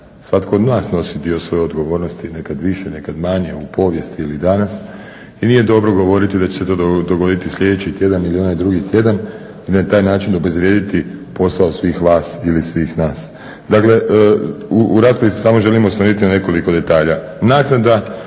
Svatko od nas nosi dio svoje odgovornosti, nekad više, nekad manje u povijesti ili danas. I nije dobro govoriti da će se to dogoditi sljedeći tjedan ili onaj drugi tjedan i na taj način obezvrijediti posao svih vas ili svih nas. Dakle, u raspravi se samo želim osvrnuti na nekoliko detalja. Naknada